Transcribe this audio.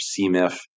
CMIF